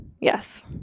Yes